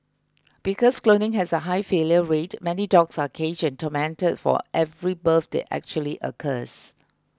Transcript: because cloning has a high failure rate many dogs are caged and tormented for every birth that actually occurs